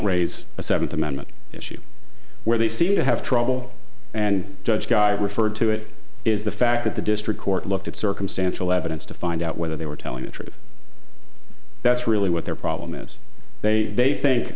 raise a seventh amendment issue where they seem to have trouble and judge guy referred to it is the fact that the district court looked at circumstantial evidence to find out whether they were telling the truth that's really what their problem is they they think